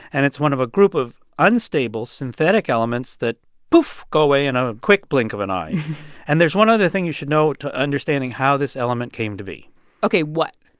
and it's one of a group of unstable synthetic elements that poof go away in a quick blink of an eye and there's one other thing you should know to understanding how this element came to be ok, what?